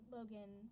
Logan